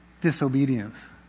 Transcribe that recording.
disobedience